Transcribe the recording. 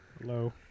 Hello